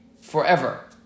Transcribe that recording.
forever